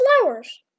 Flowers